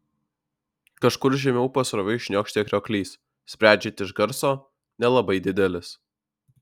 kažkur žemiau pasroviui šniokštė krioklys sprendžiant iš garso nelabai didelis